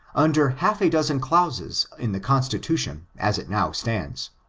under half a dozen clauses in the constitution as it now stands.